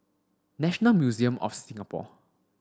National Museum of Singapore